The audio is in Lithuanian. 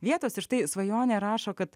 vietos ir štai svajonė rašo kad